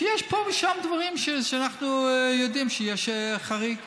שיש פה ושם דברים שאנחנו יודעים שיש חריגים.